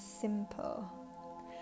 simple